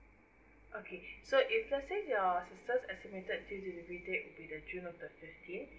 okay so if let's say your sister estimated due delivering date will be june of the fifteen